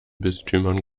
bistümern